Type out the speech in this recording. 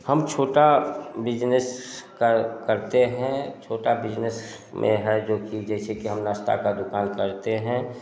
हम छोटा बिजनस कर करते हैं छोटा बिजनस में है जो कि जैसे कि हम नाश्ता का दुकान करते हैं